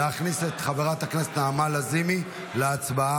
להכניס את חברת הכנסת נעמה לזימי להצבעה.